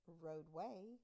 roadway